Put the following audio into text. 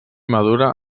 madura